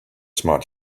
smart